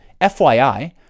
FYI